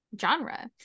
genre